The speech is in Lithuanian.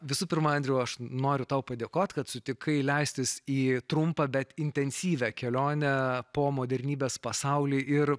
visų pirma andriau aš noriu tau padėkot kad sutikai leistis į trumpą bet intensyvią kelionę po modernybės pasaulį ir